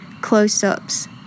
close-ups